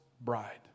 bride